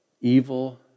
evil